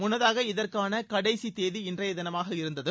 முன்னதாக இதற்கான கடைசி தேதி இன்றைய தினமாக இருந்தது